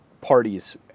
parties